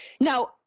Now